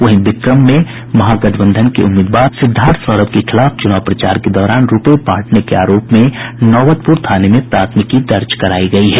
वहीं बिक्रम के महागठबंधन के उम्मीदवार और स्थानीय विधायक सिद्वार्थ सौरव के खिलाफ चुनाव प्रचार के दौरान रूपये बांटने के आरोप में नौबतपुर थाने में प्राथमिकी दर्ज करायी गयी है